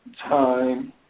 time